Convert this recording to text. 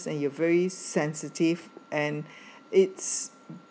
you very sensitive and it's